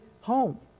home